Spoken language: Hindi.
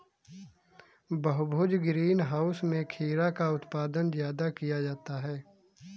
बहुभुज ग्रीन हाउस में खीरा का उत्पादन ज्यादा किया जाता है